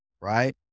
Right